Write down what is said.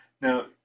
Now